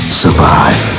survive